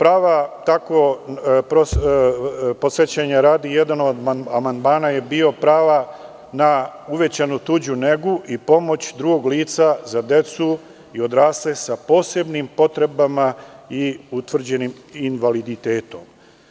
Radi podsećanja, jedan od amandmana je bio prava na uvećanu tuđu negu i pomoć drugog lica za decu i odrasle sa posebnim potrebama i utvrđenim invaliditetom.